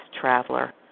traveler